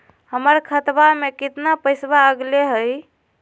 हमर खतवा में कितना पैसवा अगले हई?